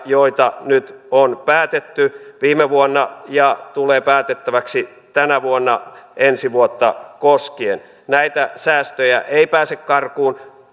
joita nyt on päätetty viime vuonna ja tulee päätettäväksi tänä vuonna ensi vuotta koskien näitä säästöjä ei pääse karkuun